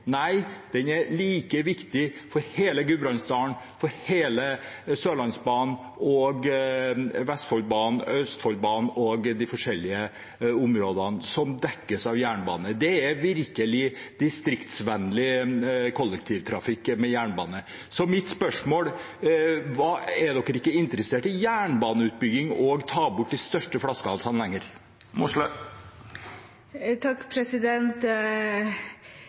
nei, den er like viktig for Gudbrandsdalen, for Sørlandsbanen, Vestfoldbanen, Østfoldbanen og de forskjellige områdene som dekkes av jernbane. Jernbane er virkelig distriktsvennlig kollektivtrafikk. Så mitt spørsmål er: Er ikke Senterpartiet lenger interessert i jernbanebygging og å ta bort de største flaskehalsene?